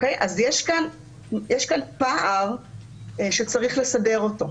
יש כאן פער שצריך לסדר אותו.